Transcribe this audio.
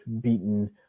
beaten –